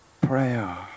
prayer